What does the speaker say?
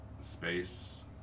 space